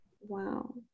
Wow